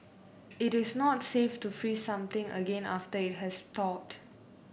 it is not safe to freeze something again after it has thawed